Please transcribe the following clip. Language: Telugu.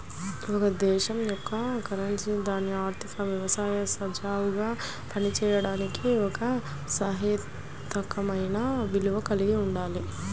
ఒక దేశం యొక్క కరెన్సీ దాని ఆర్థిక వ్యవస్థ సజావుగా పనిచేయడానికి ఒక సహేతుకమైన విలువను కలిగి ఉండాలి